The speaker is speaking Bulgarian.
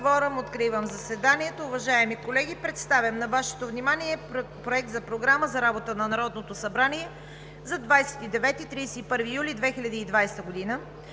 кворум. Откривам заседанието. (Звъни.) Колеги, представям на Вашето внимание Проект на програма за работа на Народното събрание за 29 – 31 юли 2020 г.: „1.